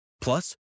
Plus